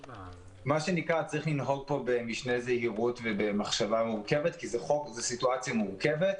צריך לנהוג פה במשנה זהירות ובמחשבה מורכבת כי זו סיטואציה מורכבת,